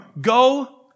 go